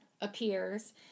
appears